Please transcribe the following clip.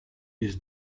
his